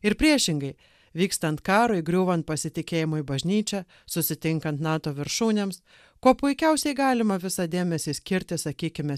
ir priešingai vykstant karui griūvant pasitikėjimui bažnyčia susitinkant nato viršūnėms kuo puikiausiai galima visą dėmesį skirti sakykime